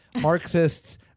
Marxists